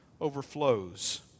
overflows